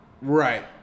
Right